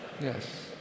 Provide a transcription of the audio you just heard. Yes